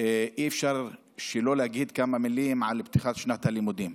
אי-אפשר שלא להגיד כמה מילים על פתיחת שנת הלימודים.